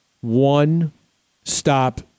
one-stop